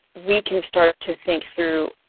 we can start to think through,